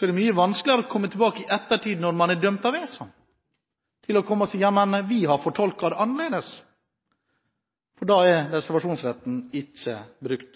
er det mye vanskeligere å komme tilbake i ettertid, når man er dømt av ESA, og si: Nei, vi har fortolket det annerledes. – Da er reservasjonsretten ikke brukt.